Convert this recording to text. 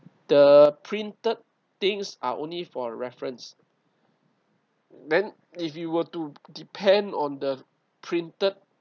the printed things are only for reference then if you were to depend on the printed